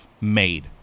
made